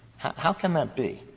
how can that be?